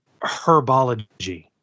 herbology